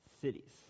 cities